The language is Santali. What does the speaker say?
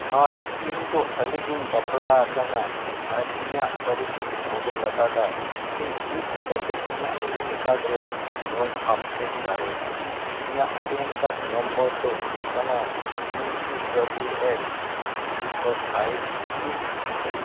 ᱦᱳᱭ ᱤᱧ ᱫᱚ ᱦᱟᱞᱮ ᱜᱮᱧ ᱵᱟᱯᱞᱟ ᱟᱠᱟᱱᱟ ᱟᱨ ᱤᱧᱟᱹᱜ ᱯᱟᱹᱨᱤᱥ ᱤᱧ ᱵᱚᱫᱚᱞ ᱟᱠᱟᱫᱟ ᱤᱧ ᱪᱮᱫ ᱞᱮᱠᱟᱛᱮ ᱤᱧᱟᱹᱜ ᱯᱮᱱ ᱠᱟᱨᱰ ᱨᱮ ᱱᱚᱣᱟᱧ ᱟᱯᱰᱮᱴ ᱫᱟᱲᱮᱭᱟᱜᱼᱟ ᱤᱧᱟᱹᱜ ᱯᱮᱱ ᱠᱟᱨᱰ ᱱᱚᱢᱵᱚᱨ ᱫᱚ ᱦᱩᱭᱩᱜ ᱠᱟᱱᱟ U B W X three four five six ᱡᱮ